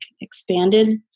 expanded